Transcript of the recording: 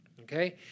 okay